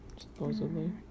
Supposedly